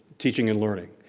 teaching and learning.